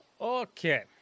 Okay